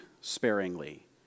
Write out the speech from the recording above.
sparingly